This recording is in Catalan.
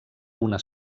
una